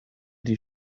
die